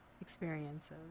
experiences